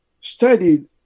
studied